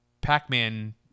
Pac-Man